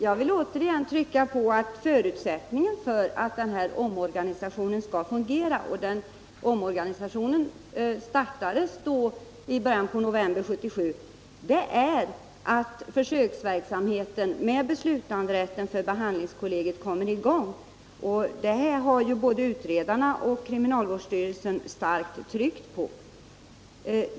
Jag vill återigen trycka på att förutsättningen för att omorganisationen skull fungera — den startades i början av november 1977 — är aut försöksverksamheten med beslutanderätt för behundlingskollegiet kommer i gäng. Detta har ju både utredarna och kriminalvårdsstyrelsen starkt betonat.